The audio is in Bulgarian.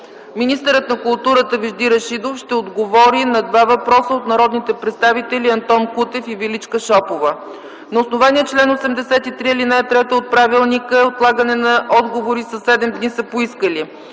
Министърът на културата Вежди Рашидов ще отговори на два въпроса от народните представители Антон Кутев и Величка Шопова. На основание чл. 83, ал. 3 от Правилника отлагане на отговори със седем дни са поискали: